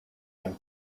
him